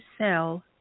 sell